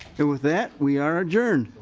with that we are adjourned.